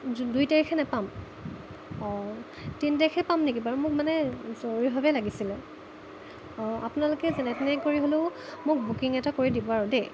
দুই তাৰিখে নাপাম অঁ তিনি তাৰিখে পাম নেকি বাৰু মোক মানে জৰুৰীভাৱে লাগিছিলে অঁ আপোনালোকে যেনে তেনে কৰি হ'লেও মোক বুকিং এটা কৰি দিব আৰু দেই